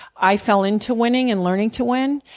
i fell into winning and learning to win,